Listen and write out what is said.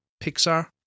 Pixar